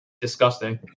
disgusting